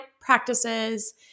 practices